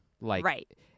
Right